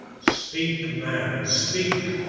speak, man, speak,